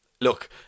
look